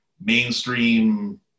mainstream